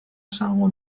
esango